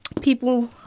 people